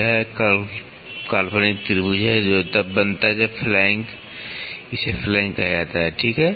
यह एक काल्पनिक त्रिभुज है जो तब बनता है जब फ्लैंक इसे फ्लैंक कहा जाता है ठीक है